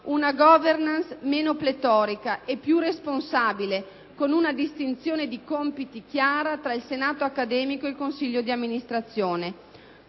una *governance* meno pletorica e più responsabile, con una distinzione di compiti chiara tra il senato accademico e il consiglio d'amministrazione.